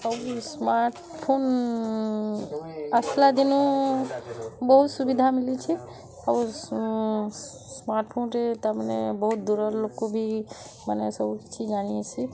ଆହୁରି ସ୍ମାର୍ଟଫୋନ୍ ଆସିଲା ଦିନୁ ବହୁତ୍ ସୁବିଧା ମିଳିଛି ଆଉ ସ୍ମାର୍ଟଫୋନ୍ରେ ତାମାନେ ବହୁତ୍ ଦୂରର ଲୋକ ବି ମାନେ ସବୁ କିଛି ଜାଣି ହେସି